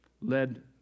led